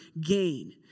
gain